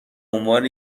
عنوان